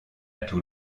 tout